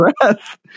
breath